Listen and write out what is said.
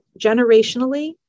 generationally